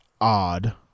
odd